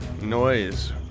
noise